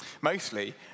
Mostly